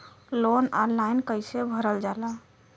Loan online कइसे भरल जाला?